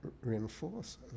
reinforce